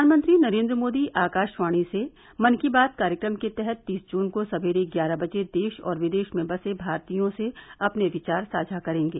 प्रधानमंत्री नरेन्द्र मोदी आकाशवाणी से मन की बात कार्यक्रम के तहत तीस जून को सवेरे ग्यारह बजे देश और विदेश में बसे भारतीयों से अपने विचार साझा करेंगे